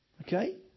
Okay